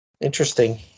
Interesting